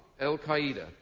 al-Qaeda